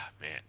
man